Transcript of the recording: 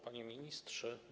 Panie Ministrze!